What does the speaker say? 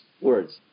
words